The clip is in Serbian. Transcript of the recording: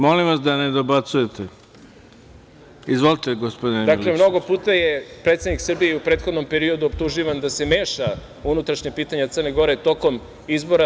Izvolite, gospodine Milićeviću.) Dakle, mnogo puta je predsednik Srbije u prethodnom periodu optuživan da se meša u unutrašnja pitanja Crne Gore tokom izbora.